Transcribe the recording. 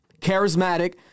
charismatic